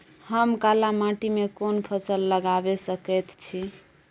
हम काला माटी में कोन फसल लगाबै सकेत छी?